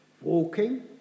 Walking